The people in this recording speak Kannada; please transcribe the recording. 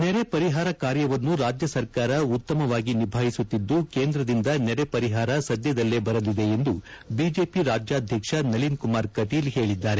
ನೆರೆ ಪರಿಹಾರ ಕಾರ್ಯವನ್ನು ರಾಜ್ಯ ಸರ್ಕಾರ ಉತ್ತಮವಾಗಿ ನಿಭಾಯಿಸುತ್ತಿದ್ದು ಕೇಂದ್ರದಿಂದ ನೆರೆ ಪರಿಹಾರ ಸದ್ಯದಲ್ಲೇ ಬರಲಿದೆ ಎಂದು ಬಿಜೆಪಿ ರಾಜ್ಯಾಧ್ಯಕ್ಷ ನಳಿನ್ ಕುಮಾರ್ ಕಟೀಲ್ ಹೇಳಿದ್ದಾರೆ